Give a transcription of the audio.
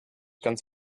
ganz